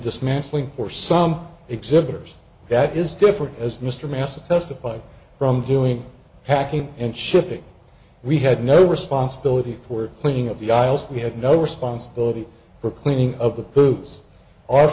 dismantling for some exhibitors that is different as mr massa testified from doing packing and shipping we had no responsibility for cleaning up the aisles we had no responsibility for cleaning of the poo